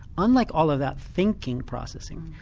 unlike all of that thinking processing,